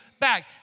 back